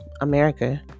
America